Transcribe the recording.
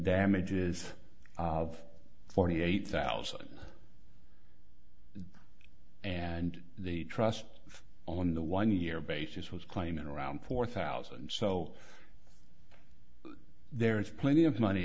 damages of forty eight thousand and the trust on the one year basis was claiming around four thousand so there is plenty of money